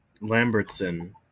Lambertson